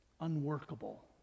unworkable